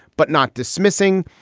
but not dismissing.